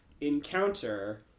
encounter